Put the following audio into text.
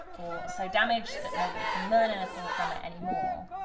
or so damaged that nobody can learn anything from it anymore.